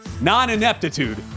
non-ineptitude